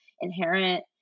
inherent